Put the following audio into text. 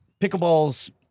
pickleballs